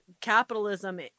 capitalism